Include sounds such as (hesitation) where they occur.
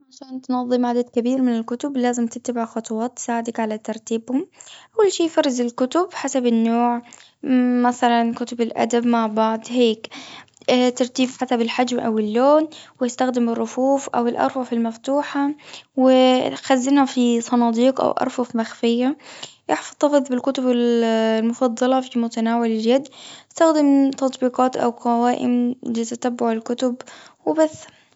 عشان تنظم عدد كبير من الكتب، لازم تتبع خطوات تساعدك على ترتيبهم. أول شي، فرز الكتب حسب النوع، مثلاً (hesitation) كتب الأدب مع بعض هيك. ترتيب حسب الحجم، أو اللون، ويستخدم الرفوف، أو الأرفف المفتوحة. و (hesitation) خزنة في صناديق أو أرفف مخفية. إحتفظ بالكتب ال (hesitation) مفضلة، في متناول اليد. إستخدم (hesitation) تطبيقات أو قوائم (hesitation) لتتبع الكتب، وبس.